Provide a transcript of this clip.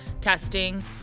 testing